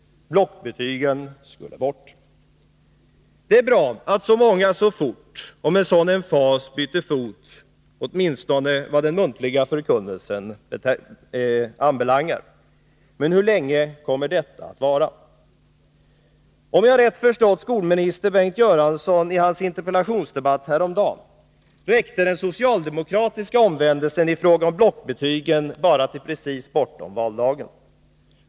Blockbetygen skulle bort. Det är bra att så många så fort och med sådan emfas bytte fot, åtminstone vad den muntliga förkunnelsen anbelangar. Men hur länge kommer detta att vara? Om jag rätt förstått skolministern Bengt Göransson i hans interpellationsdebatt häromdagen, räckte den socialdemokratiska omvändelsen i fråga om blockbetygen bara till precis bortom valdagen.